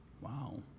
Wow